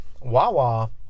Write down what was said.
Wawa